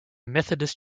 methodist